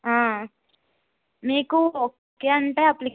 ఆ మీకు ఓకే అంటే అప్లికేషన్